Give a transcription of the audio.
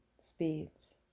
speeds